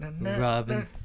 Robin